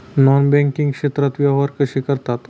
Non banking क्षेत्रात व्यवहार कसे करतात?